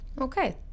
Okay